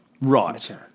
Right